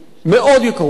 מאוד יקרות ללבי.